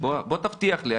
בוא תבטיח לי.